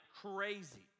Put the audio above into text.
crazy